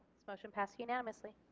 this motion passed unanimously.